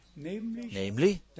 Namely